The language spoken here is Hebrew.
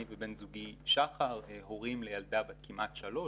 אני ובן זוגי שחר הורים לילדה בת כמעט שלוש,